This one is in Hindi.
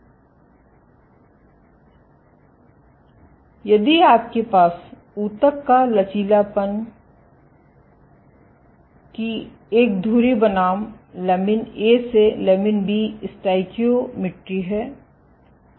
इसलिए यदि आपके पास ऊतक का लचीलापन की एक धुरी बनाम लमिन a से लमिन b स्टाइकियोमीट्री है